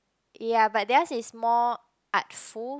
ya but theirs is more artful